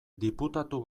diputatu